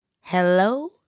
Hello